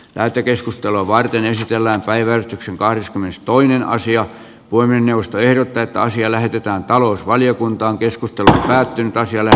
lähetekeskustelua varten esitellä päivystyksen kahdeskymmenestoinen asia voimme nousta ehdotetaan siellä ehditään talousvaliokuntaan keskusta tähtää pintaiselle